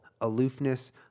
Aloofness